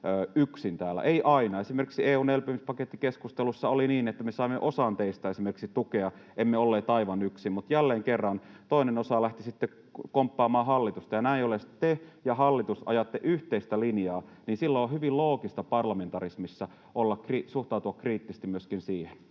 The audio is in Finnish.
yksin täällä — ei aina, esimerkiksi EU:n elpymispakettikeskustelussa oli niin, että me saimme osalta teistä tukea, emme olleet aivan yksin, mutta jälleen kerran toinen osa lähti sitten komppaamaan hallitusta, ja näin ollen sitten te ja hallitus ajatte yhteistä linjaa ja silloin on hyvin loogista parlamentarismissa suhtautua kriittisesti myöskin siihen.